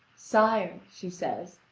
sire, she says,